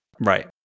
Right